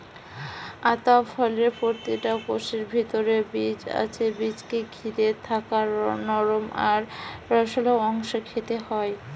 আতা ফলের প্রতিটা কোষের ভিতরে বীজ আছে বীজকে ঘিরে থাকা নরম আর রসালো অংশ খেতে হয়